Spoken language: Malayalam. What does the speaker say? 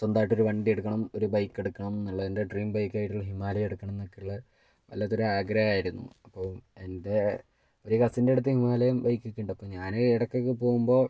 സ്വന്തമായിട്ട് ഒരു വണ്ടി എടുക്കണം ഒരു ബൈക്കെട്ക്കണംന്ന്ള്ള എൻ്റെ ഡ്രീം ബൈക്കായിട്ട്ള്ള ഹിമാലയ എട്ക്കണന്നൊക്ക്ള്ള വല്ലാത്തൊരാഗ്രഹായിര്ന്നു അപ്പോൾ എൻ്റെ ഒരു കസിൻ്റെട്ത്ത് ഹിമാലയം ബൈക്കെക്ക്ണ്ടപ്പം ഞാൻ എടക്കെക്ക പോവുമ്പോ